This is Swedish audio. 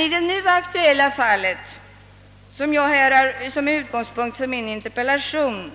I det fall som är utgångspunkt för min interpellation